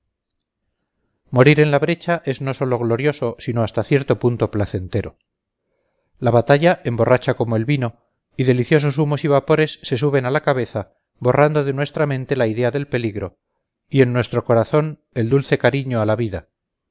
morir en la brecha es no sólo glorioso sino hasta cierto punto placentero la batalla emborracha como el vino y deliciosos humos y vapores se suben a la cabeza borrando de nuestra mente la idea del peligro y en nuestro corazón el dulce cariño a la vida